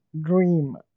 Dream